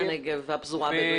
הנגב והפזורה הבדואית.